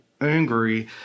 angry